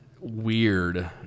weird